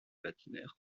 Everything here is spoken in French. patineurs